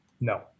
No